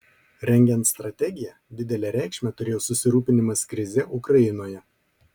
rengiant strategiją didelę reikšmę turėjo susirūpinimas krize ukrainoje